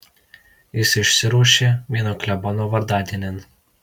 jis išsiruošė vieno klebono vardadienin